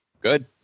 Good